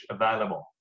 available